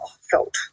felt